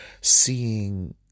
seeing